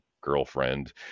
girlfriend